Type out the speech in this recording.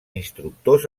instructors